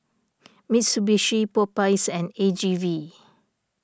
Mitsubishi Popeyes and A G V